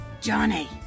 Johnny